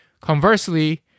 Conversely